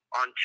on